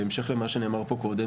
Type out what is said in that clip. בהמשך למה שנאמר פה קודם,